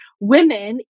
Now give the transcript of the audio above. women